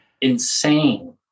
insane